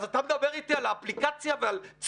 אז אתה מדבר אתי על אפליקציה וצמידים?